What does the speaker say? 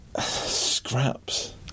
scraps